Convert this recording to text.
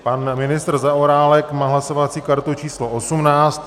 Pan ministr Zaorálek má hlasovací kartu číslo 18.